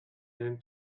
helm